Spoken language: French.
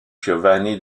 giovanni